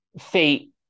Fate